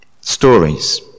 stories